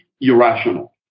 Irrational